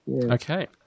Okay